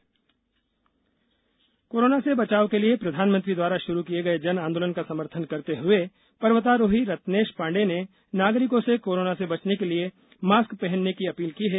जन आंदोलन कोरोना से बचाव के लिए प्रधानमंत्री द्वारा शुरू किये गये जन आंदोलन का समर्थन करते हए पर्वतारोही रत्नेश पाण्डेय ने नागरिको से कोरोना से बचने के लिए मास्क पहनने की अपील की है